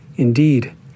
indeed